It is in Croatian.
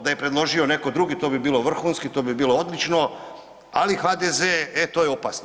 Da je predložio neko drugi, to bi bilo vrhunski, to bi bilo odlično, ali HDZ e to je opasno.